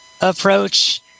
approach